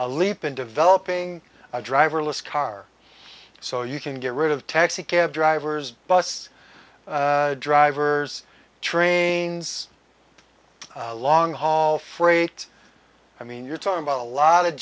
a leap in developing a driverless car so you can get rid of taxi cab drivers bus drivers trains long haul freight i mean you're talking about a lot of